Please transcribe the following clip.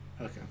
Okay